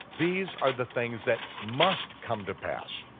these are the things that must come to pass,